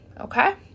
okay